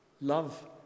Love